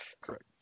correct